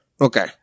Okay